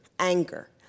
anger